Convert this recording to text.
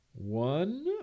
One